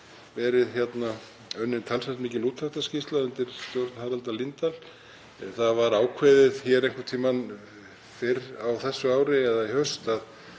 verið unnin talsvert mikil úttektarskýrsla undir stjórn Haraldar Líndals. Það var ákveðið einhvern tímann fyrr á þessu ári eða í haust að